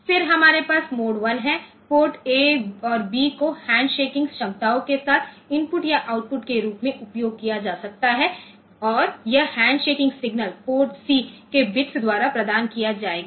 फिर हमारे पास मोड 1 है पोर्ट ए और बी को हैंडशेकिंग क्षमताओं के साथ इनपुट या आउटपुट के रूप में उपयोग किया जा सकता है और यह हैंडशेकिंग सिग्नल पोर्ट सी के बिट्स द्वारा प्रदान किया जाएगा